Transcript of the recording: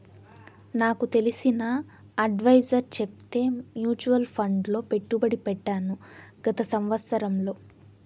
నాకు తెలిసిన అడ్వైసర్ చెప్తే మూచువాల్ ఫండ్ లో పెట్టుబడి పెట్టాను గత సంవత్సరంలో